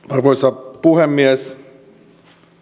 arvoisa puhemies